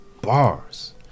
bars